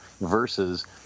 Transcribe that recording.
versus